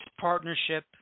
partnership